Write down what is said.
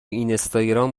اینستاگرام